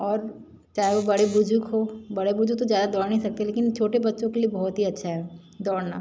और चाहे वह बड़े बुजुर्ग हो बड़े बुजुर्ग तो ज़्यादा दौड़ नहीं सकते लेकिन छोटे बच्चों के लिए बहुत ही अच्छा है दौड़ना